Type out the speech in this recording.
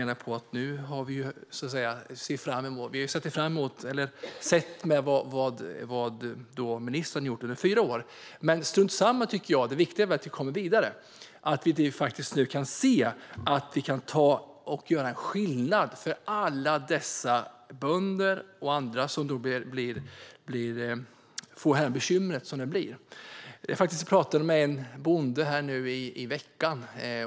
Nu har vi sett vad ministern har gjort under fyra år. Men strunt samma. Det viktiga är att vi kommer vidare. Vi kan nu se att vi kan göra en skillnad för alla dessa bönder och andra som får bekymmer. Jag talade med en bonde nu i veckan.